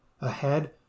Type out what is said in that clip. Ahead